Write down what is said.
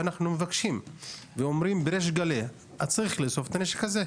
אנחנו מבקשים ואומרים בריש גלי: צריך לאסוף את הנשק הזה.